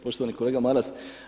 Poštovani kolega Maras.